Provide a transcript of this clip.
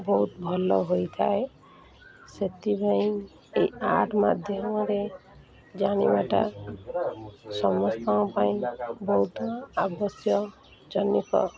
ବହୁତ ଭଲ ହୋଇଥାଏ ସେଥିପାଇଁ ଏହି ଆର୍ଟ୍ ମାଧ୍ୟମରେ ଜାଣିବାଟା ସମସ୍ତଙ୍କ ପାଇଁ ବହୁତ ଆବଶ୍ୟଜନକ